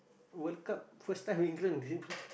World-Cup first time England dream